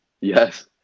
yes